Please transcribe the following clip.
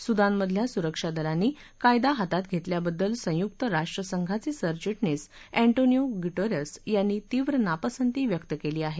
सुदानमधल्या सुरक्षादलांनी कायदा हातात घेतल्याबद्दल संयुक्त राष्ट्रसंघाचे सरविधीस अँधांनियो गुजिस यांनी तीव्र नापसंती व्यक्त केली आहे